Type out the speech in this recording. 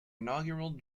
inaugural